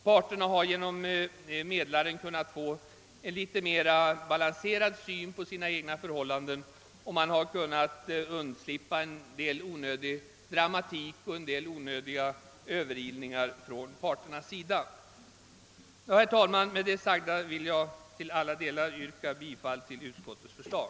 Parterna har genom medlaren kunnat få en litet mera balanserad syn på sina egna problem, och man har kunnat slippa en del onödig dramatik och en del onödiga överilningar från parternas sida. Herr talman! Med det sagda vill jag till alla delar yrka bifall till utskottets förslag.